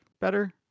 better